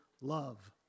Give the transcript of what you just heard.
love